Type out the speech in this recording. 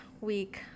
week